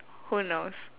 who knows